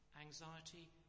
anxiety